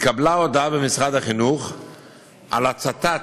התקבלה הודעה במשרד החינוך על הצתת